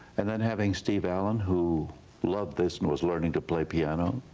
and then having steve allen, who loved this and was learning to play piano.